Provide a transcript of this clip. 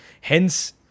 hence